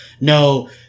no